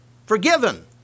Forgiven